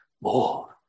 more